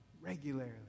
regularly